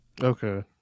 okay